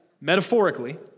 Metaphorically